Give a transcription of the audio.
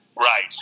Right